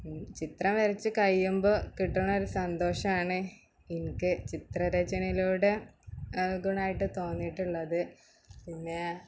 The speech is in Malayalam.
ചിത്രം വരച്ച് കഴിയുമ്പോൾ കിട്ടുന്നത് ഒരു സന്തോഷമാണ് എനിക്ക് ചിത്ര രചനയിലൂടെ ഗുണമായിട്ട് തോന്നിയിട്ടുള്ളത് പിന്നെ